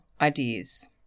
ideas